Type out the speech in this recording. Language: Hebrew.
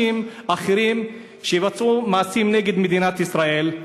אחרים שיבצעו מעשים נגד מדינת ישראל.